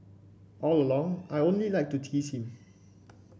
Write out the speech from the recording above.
all along I only like to tease him